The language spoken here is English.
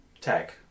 tech